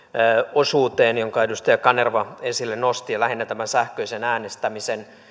osuuteen jonka edustaja kanerva esille nosti ja lähinnä tämän sähköisen äänestämisen